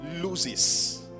loses